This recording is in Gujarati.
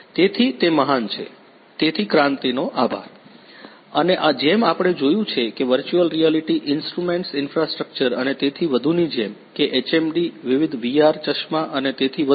તેથી તે મહાન છે તેથી ક્રાંતિનો આભાર અને જેમ આપણે જોયું છે કે વર્ચુઅલ રિયાલિટી ઇન્સ્ટ્રુમેન્ટ્સ ઇન્ફ્રાસ્ટ્રક્ચર અને તેથી વધુની જેમ કે HMD વિવિધ VR ચશ્મા અને તેથી વધુ